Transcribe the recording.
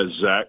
Zach